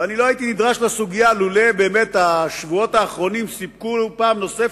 ולא הייתי נדרש לסוגיה לולא באמת השבועות האחרונים סיפקו פעם נוספת,